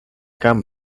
come